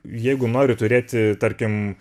jeigu nori turėti tarkim